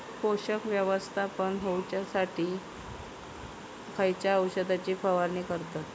पोषक व्यवस्थापन होऊच्यासाठी खयच्या औषधाची फवारणी करतत?